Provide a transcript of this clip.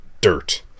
Dirt